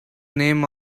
name